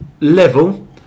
level